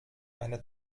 eine